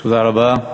תודה רבה,